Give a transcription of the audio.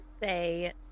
say